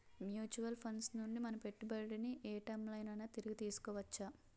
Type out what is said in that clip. Mutual funds నుండి మన పెట్టుబడిని ఏ టైం లోనైనా తిరిగి తీసుకోవచ్చా?